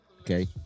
Okay